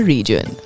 Region।